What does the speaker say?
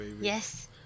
yes